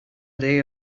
day